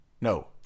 No